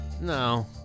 No